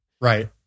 Right